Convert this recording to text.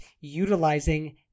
utilizing